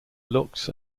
looks